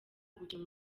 gukina